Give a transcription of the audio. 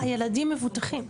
הילדים מבוטחים.